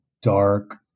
dark